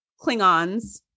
Klingons